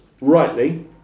rightly